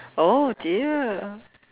oh dear